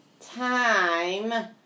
time